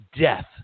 death